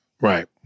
Right